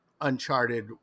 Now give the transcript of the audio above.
uncharted